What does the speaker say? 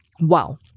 wow